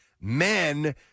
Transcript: Men